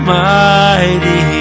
mighty